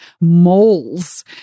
moles